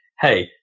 hey